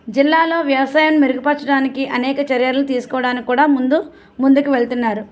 జిల్లాలో వ్యవసాయాన్ని మెరుగుపరచడానికి అనేక చర్యలు తీసుకోవడానికి కూడా ముందు ముందుకు వెళ్తున్నారు